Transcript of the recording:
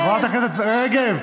חברת הכנסת רגב,